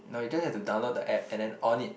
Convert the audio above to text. no you just have to download the app and then on it